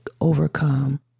overcome